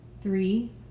three